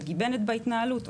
וגיבנת בהתנהלות.